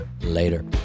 later